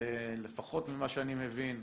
לפחות ממה שאני מבין,